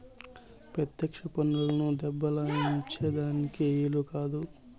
పెత్యెక్ష పన్నులను బద్దలాయించే దానికి ఈలు కాదు